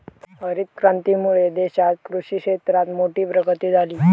हरीत क्रांतीमुळे देशात कृषि क्षेत्रात मोठी प्रगती झाली